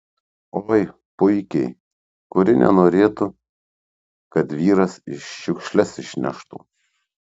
oi puikiai kuri nenorėtų kad vyras šiukšles išneštų